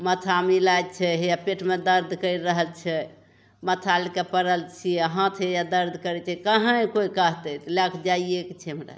माथामे इलाज छै हइए पेटमे दरद करि रहल छै माथा लैके पड़ल छिए हाथ हइए दरद करै छै कहैँ कोइ कहतै तऽ लैके जाइएके छै हमरा